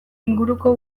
inguruko